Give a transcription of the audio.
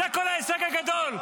זה כל ההישג הגדול.